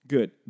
Good